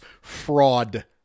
fraud